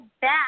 back